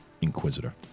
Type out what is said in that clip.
Inquisitor